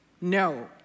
No